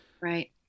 Right